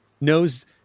knows